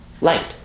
light